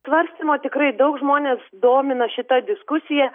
svarstymo tikrai daug žmones domina šita diskusija